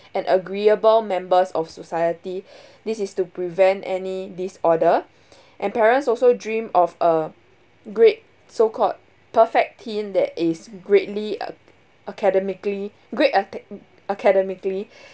an agreeable members of society this is to prevent any disorder and parents also dream of a great so called perfect teen that is greatly academically great ethic academically